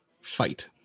Fight